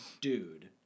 dude